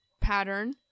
pattern